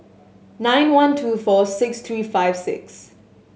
nine one two four six three five six